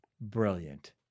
brilliant